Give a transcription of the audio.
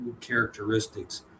characteristics